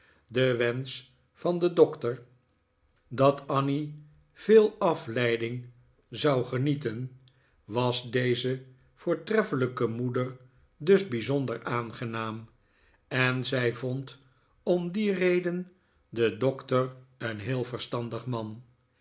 de wensch van den doctor dat annie veel afleiding zou genieten was deze voortreffelijke moeder dus bijzonder aangenaam en zij vond om die reden den doctor een heel verstandig man